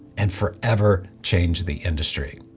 and forever change the industry.